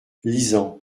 lisant